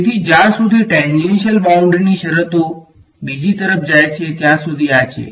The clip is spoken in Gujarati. તેથી જ્યાં સુધી ટેંજેંશીયલ બાઉંડ્રીની શરતો બીજી તરફ જાય છે ત્યાં સુધી આ છે